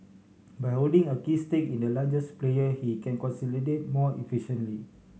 by holding a key stake in the largest player he can consolidate more efficiently